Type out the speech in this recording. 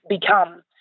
become